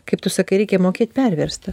kaip tu sakai reikia mokėt perverst tą